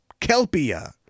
Kelpia